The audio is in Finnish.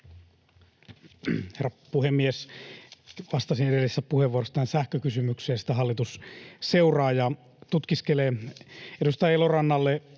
Herra puhemies! Vastasin edellisessä puheenvuorossa tähän sähkökysymykseen, ja sitä hallitus seuraa ja tutkiskelee. Edustaja Elorannalle: